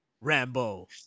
Rambo